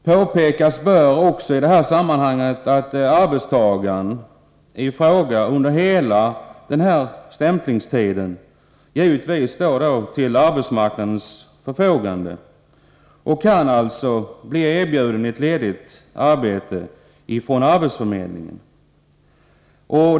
Påpekas bör också i sammanhanget att arbetstagaren i fråga under hela stämplingstiden givetvis står till arbetsmarknadens förfogande och alltså kan bli erbjuden ett ledigt arbete från arbetsförmedlingen.